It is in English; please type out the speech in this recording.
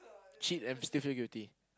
cheat and still feel guilty